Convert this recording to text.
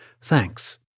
Thanks